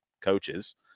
coaches